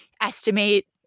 estimate